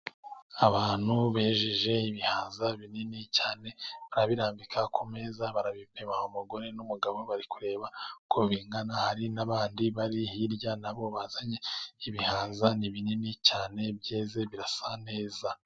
Abantu bejeje ibihaza binini cyane ,barabirambika ku meza , barabipima . Umugore n'umugabo bari kureba uko bingana , hari n'abandi bari hirya nabo bazanye ibihaza , ni binini cyane , byeze birasa neza.